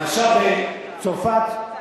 נעשה בצרפת,